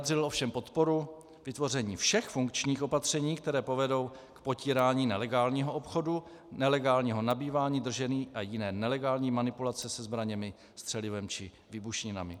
Vyjádřil ovšem podporu k vytvoření všech funkčních opatření, která povedou k potírání nelegálního obchodu, nelegálního nabývání, držení a jiné nelegální manipulace se zbraněmi, střelivem či výbušninami.